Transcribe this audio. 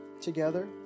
together